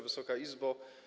Wysoka Izbo!